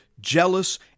jealous